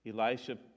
Elisha